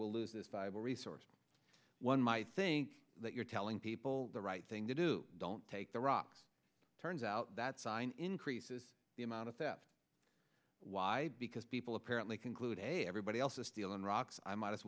we'll lose this viable resource one might think that you're telling people the right thing to do don't take the rocks turns out that sign increases the amount of theft why because people apparently conclude a everybody else is stealing rocks i might as